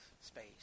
space